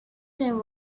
them